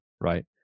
right